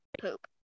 poop